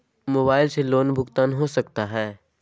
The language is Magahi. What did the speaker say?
मोबाइल से लोन भुगतान हो सकता है?